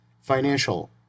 financial